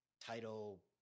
title